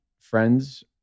friends